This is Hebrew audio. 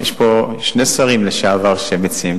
יש פה שני שרים לשעבר שמציעים,